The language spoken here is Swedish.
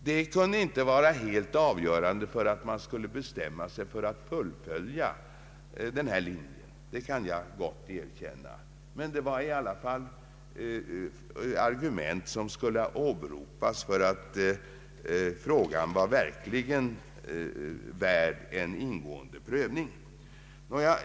Dessa fakta kunde inte vara helt avgörande för att vi skulle bestämma oss för att fullfölja vår linje — det kan jag gott erkänna — men det var i varje fall argument som kunde ha åberopats för att frågan verkligen var värd en ingående prövning.